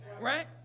right